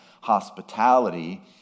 hospitality